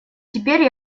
теперь